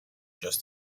just